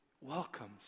welcomes